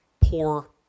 poor